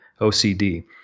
OCD